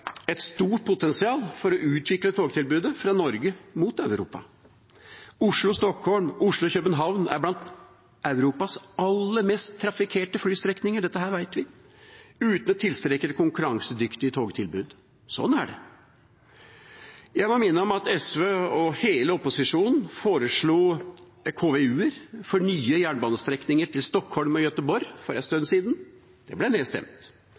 et stort potensial for å utvikle togtilbudet fra Norge mot Europa. Oslo–Stockholm og Oslo–København er blant Europas aller mest trafikkerte flystrekninger – dette vet vi – og uten et tilstrekkelig konkurransedyktig togtilbud. Sånn er det. Jeg må minne om at SV og hele opposisjonen foreslo KVU-er for nye jernbanestrekninger til Stockholm og Gøteborg for en stund siden. Det ble nedstemt.